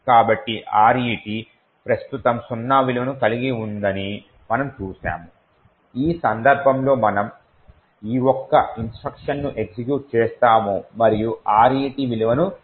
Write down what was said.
కాబట్టి RET ప్రస్తుతం సున్నా విలువను కలిగి ఉందని మనము చూశాము ఈ సందర్భంలో మనము ఈ ఒక ఇన్స్పెక్షన్ను ఎగ్జిక్యూట్ చేస్తాము మరియు RET విలువను మార్చాము